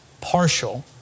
partial